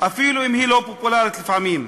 אפילו אם היא לא פופולרית לפעמים.